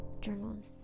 journalists